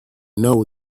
know